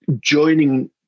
joining